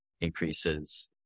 increases